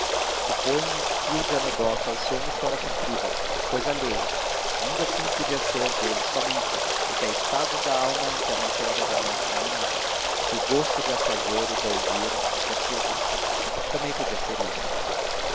supõe um fio de anedotas ou uma história comprida cousa alheia ainda assim podia ser deles somente porque há estados da alma em que a matéria da narração é nada o gosto de a fazer e de a ouvir é que é tudo também podia ser isto